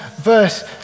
verse